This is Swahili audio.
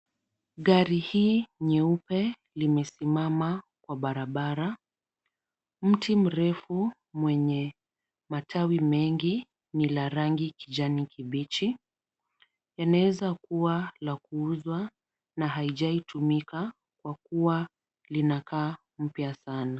Gari hii nyeupe imesimama kwa barabara, mti mrefu mwenye matawi mengi ni wa rangi ya kijani kibichi, inaweza kuwa ya kuuzwa na haijawahi tumika kwa kuwa inakaa mpya sana.